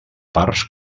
parts